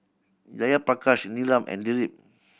Jayaprakash Neelam and Dilip